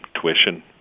tuition